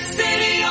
city